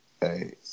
Hey